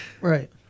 Right